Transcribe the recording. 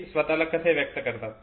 ते स्वतला कसे व्यक्त करतात